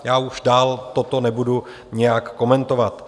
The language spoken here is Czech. Já už dál toto nebudu nijak komentovat.